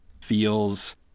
feels